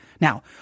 Now